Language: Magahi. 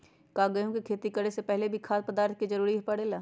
का गेहूं के खेती करे से पहले भी खाद्य पदार्थ के जरूरी परे ले?